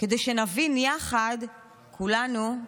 כדי שנבין יחד כולנו,